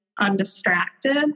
undistracted